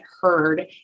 Heard